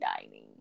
dining